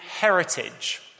heritage